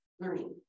learning